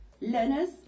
learners